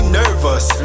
nervous